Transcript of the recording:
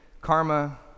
karma